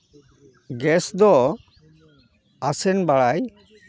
gas ᱫᱚ ᱟᱥᱮᱱ ᱵᱟᱲᱟᱭ